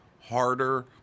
harder